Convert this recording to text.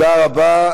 תודה רבה.